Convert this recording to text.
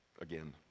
again